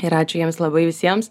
ir ačiū jiems labai visiems